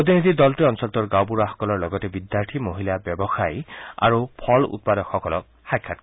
প্ৰতিনিধি দলটোৱে অঞ্চলটোৰ গাঁওবুঢ়াসকলৰ লগতে বিদ্যাৰ্থী মহিলা ব্যৱসায়ী আৰু ফল উৎপাদকসকলক সাক্ষাৎ কৰে